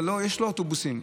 יש לו אוטובוסים,